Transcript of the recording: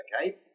Okay